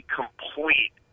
complete